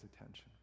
attention